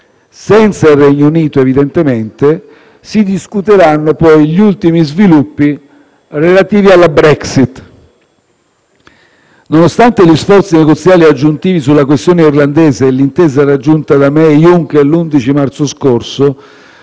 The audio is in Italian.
(senza il Regno Unito evidentemente), si discuteranno gli ultimi sviluppi relativi alla Brexit. Nonostante gli sforzi negoziali aggiuntivi sulla questione irlandese e l'intesa raggiunta da May e Juncker l'11 marzo scorso,